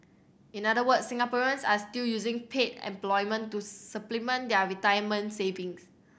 in other words Singaporeans are still using paid employment to supplement their retirement savings